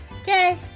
Okay